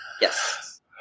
Yes